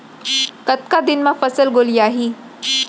कतका दिन म फसल गोलियाही?